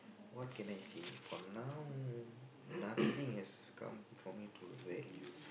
what can I say for now nothing has come for me to value